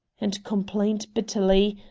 and, complained bitterly,